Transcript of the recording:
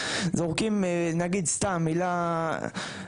זורקים נגיד סתם מילה,